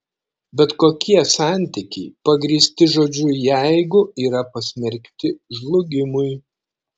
bet kokie santykiai pagrįsti žodžiu jeigu yra pasmerkti žlugimui